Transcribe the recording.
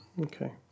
Okay